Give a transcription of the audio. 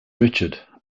richard